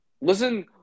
Listen